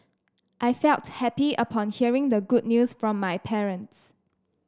I felt happy upon hearing the good news from my parents